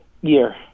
year